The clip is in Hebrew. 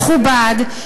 מכובד,